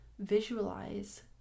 visualize